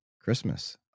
Christmas